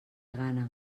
gana